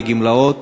לגמלאות,